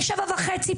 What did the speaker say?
ב-07:30.